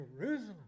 Jerusalem